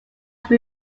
who